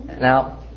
Now